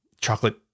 chocolate